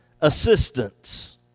assistance